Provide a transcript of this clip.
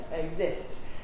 exists